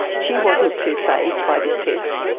she wasn't too phased by this test.